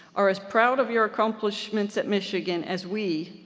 are as proud of your accomplishments at michigan as we,